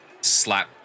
slap